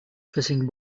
fishing